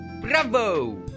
Bravo